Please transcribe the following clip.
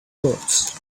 words